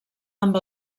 amb